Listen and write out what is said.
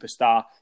superstar